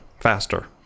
faster